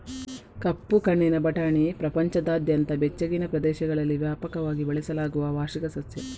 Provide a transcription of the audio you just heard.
ಕಪ್ಪು ಕಣ್ಣಿನ ಬಟಾಣಿ ಪ್ರಪಂಚದಾದ್ಯಂತ ಬೆಚ್ಚಗಿನ ಪ್ರದೇಶಗಳಲ್ಲಿ ವ್ಯಾಪಕವಾಗಿ ಬೆಳೆಸಲಾಗುವ ವಾರ್ಷಿಕ ಸಸ್ಯ